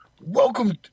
Welcome